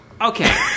Okay